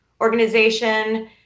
Organization